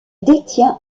détient